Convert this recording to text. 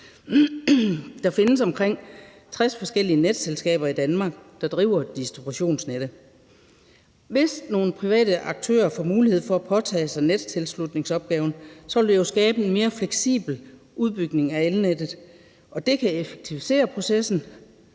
Der findes omkring 60 forskellige netselskaber i Danmark, der driver distributionsnettet. Hvis nogle private aktører får mulighed for at påtage sig nettilslutningsopgaven, vil det jo skabe en mere fleksibel udbygning af elnettet, og det kan effektivisere processen